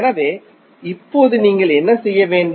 எனவே இப்போது நீங்கள் என்ன செய்ய வேண்டும்